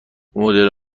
مدل